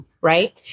Right